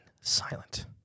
silent